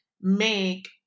make